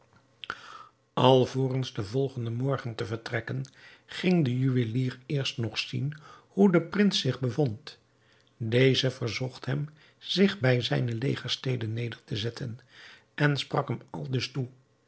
alvorens den volgenden morgen te vertrekken ging de juwelier eerst nog zien hoe de prins zich bevond deze verzocht hem zich bij zijne legerstede neder te zetten en sprak hem aldus toe